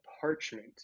parchment